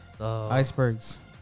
Icebergs